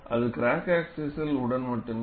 அதுவும் crack axis உடன் மட்டுமே